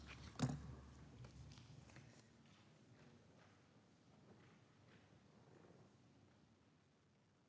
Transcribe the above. Merci